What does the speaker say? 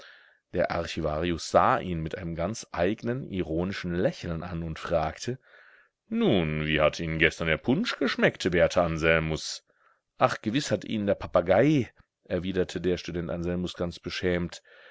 der archivarius sah ihn mit einem ganz eignen ironischen lächeln an und fragte nun wie hat ihnen gestern der punsch geschmeckt werter anselmus ach gewiß hat ihnen der papagei erwiderte der student anselmus ganz beschämt